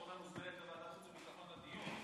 אורנה, את מוזמנת לוועדת החוץ והביטחון לדיון.